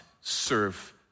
serve